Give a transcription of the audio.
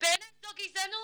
ובעיני זו גזענות.